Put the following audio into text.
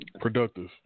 productive